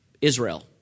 Israel